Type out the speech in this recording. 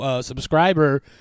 subscriber